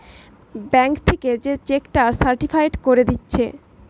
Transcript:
bank থিকে যে cheque টা সার্টিফায়েড কোরে দিচ্ছে